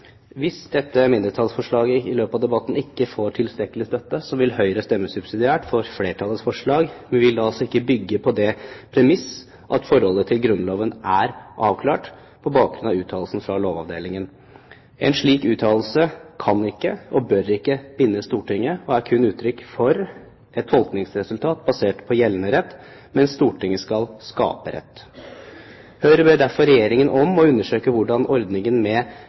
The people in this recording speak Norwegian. Hvis dette mindretallsforslaget i løpet av debatten ikke får tilstrekkelig støtte, vil Høyre stemme subsidiært for flertallets forslag, men vil da ikke bygge på det premiss at forholdet til Grunnloven er avklart på bakgrunn av uttalelsen fra Lovavdelingen. En slik uttalelse kan ikke og bør ikke binde Stortinget og er kun uttrykk for et tolkningsresultat basert på gjeldende rett, mens Stortinget skal skape rett. Høyre ber derfor Regjeringen om å undersøke hvordan ordningen med